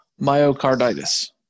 myocarditis